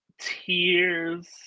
tears